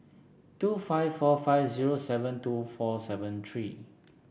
two five four five zero seven two four seven three